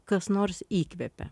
kas nors įkvepia